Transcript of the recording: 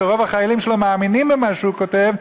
ורוב החיילים שלו מאמינים במה שהוא כותב,